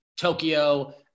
tokyo